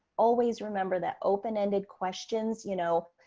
always remember that open-ended questions, you know,